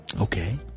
Okay